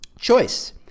choice